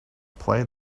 play